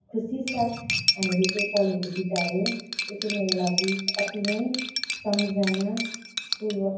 खुसीसाथ हामीले त्यो पलहरू बितायौँ त्यो चाहिँ मेरो लागि अति नै सम्झनापूर्वक